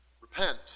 Repent